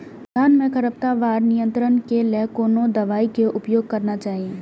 धान में खरपतवार नियंत्रण के लेल कोनो दवाई के उपयोग करना चाही?